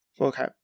Okay